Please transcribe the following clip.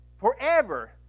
forever